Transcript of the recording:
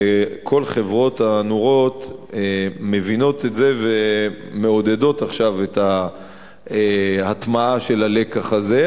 וכל חברות הנורות מבינות את זה ומעודדות עכשיו את ההטמעה של הלקח הזה.